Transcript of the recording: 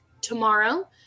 Tomorrow